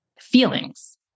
feelings